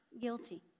guilty